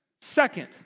Second